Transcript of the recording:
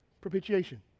Propitiation